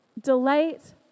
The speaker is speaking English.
delight